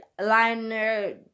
liner